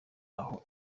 aho